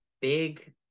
big